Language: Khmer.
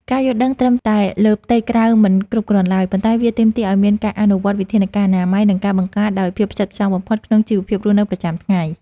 ការយល់ដឹងត្រឹមតែលើផ្ទៃក្រៅមិនគ្រប់គ្រាន់ឡើយ ប៉ុន្តែវាទាមទារឱ្យមានការអនុវត្តវិធានការអនាម័យ និងការបង្ការដោយភាពផ្ចិតផ្ចង់បំផុតក្នុងជីវភាពរស់នៅប្រចាំថ្ងៃ។